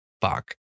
fuck